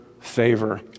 favor